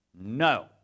No